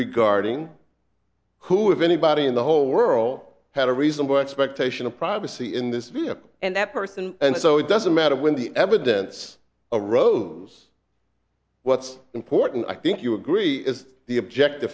regarding who if anybody in the whole world had a reasonable expectation of privacy in this vehicle and that person and so it doesn't matter when the evidence arose what's important i think you agree is the object